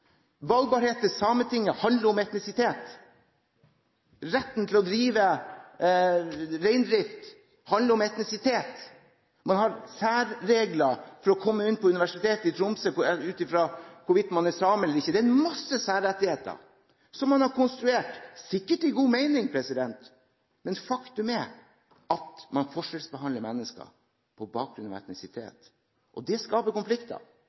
Valgbarhet til Sametinget handler om etnisitet. Retten til reindrift handler om etnisitet. Man har særregler for å komme inn på Universitetet i Tromsø, ut fra hvorvidt man er same eller ikke. Det er en masse særrettigheter som man har konstruert, sikkert i god mening, men faktum er at man forskjellsbehandler mennesker på bakgrunn av etnisitet, og det skaper konflikter.